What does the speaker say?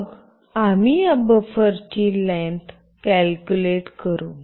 मग आम्ही या बफरची लेन्थ कॅल्कुलेट करू